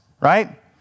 right